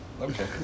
Okay